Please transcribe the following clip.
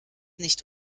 nicht